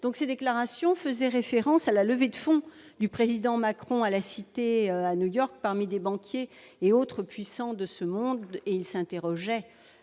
dans lesquelles il faisait référence à la levée de fonds du président Macron à la City, à New York, parmi des banquiers et autres puissants de ce monde et s'interrogeait